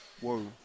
whoa